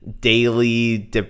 daily